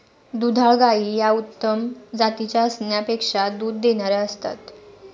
दुधाळ गायी या उत्तम जातीच्या असण्यापेक्षा दूध देणाऱ्या असतात